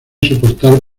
soportar